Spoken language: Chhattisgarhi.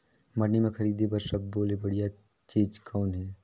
मंडी म खरीदे बर सब्बो ले बढ़िया चीज़ कौन हे?